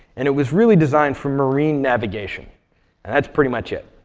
and it was really designed for marine navigation. and that's pretty much it.